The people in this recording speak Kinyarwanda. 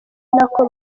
nako